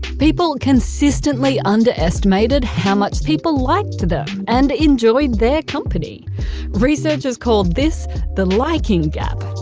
people consistently underestimated how much people liked them and enjoyed their company researched called this the liking gap.